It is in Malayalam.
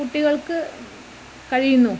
കുട്ടികൾക്ക് കഴിയുന്നു